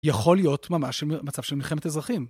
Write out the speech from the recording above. יכול להיות ממש מצב של מלחמת אזרחים.